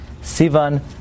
Sivan